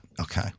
okay